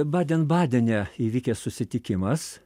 baden badene įvykęs susitikimas